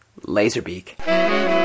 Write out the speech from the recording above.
Laserbeak